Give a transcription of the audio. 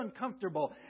uncomfortable